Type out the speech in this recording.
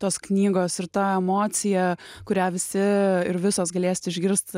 tos knygos ir tą emociją kurią visi ir visos galės išgirsti